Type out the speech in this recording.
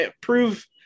prove